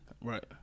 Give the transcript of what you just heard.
Right